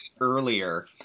earlier